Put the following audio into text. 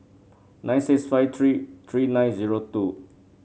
nine six five three three nine zero two